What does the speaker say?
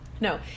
No